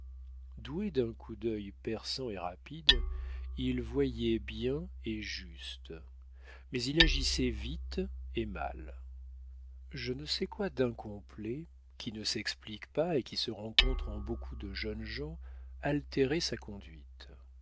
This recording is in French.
doué d'un coup d'œil perçant et rapide il voyait bien et juste mais il agissait vite et mal je ne sais quoi d'incomplet qui ne s'explique pas et qui se rencontre en beaucoup de jeunes gens altérait sa conduite